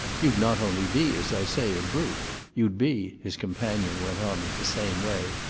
you'd not only be, as i say, a brute you'd be, his companion went on in the same way,